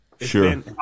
Sure